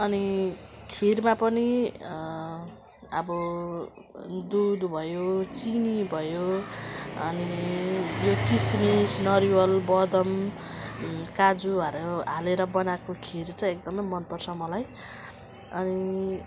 अनि खिरमा पनि अब दुध भयो चिनी भयो अनि यो किसमिस नरिवल बदाम काजुहरू हालेर बनाएको खिर चाहिँ एकदमै मनपर्छ मलाई अनि